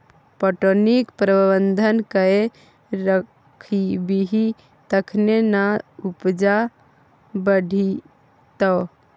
पटौनीक प्रबंधन कए राखबिही तखने ना उपजा बढ़ितौ